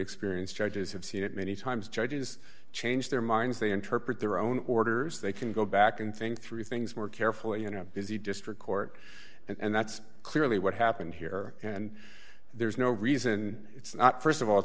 experienced judges have seen it many times judges change their minds they interpret their own orders they can go back and think through things more carefully you know is the district court and that's clearly what happened here and there's no reason it's not st of all